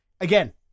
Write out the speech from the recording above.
again